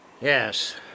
Yes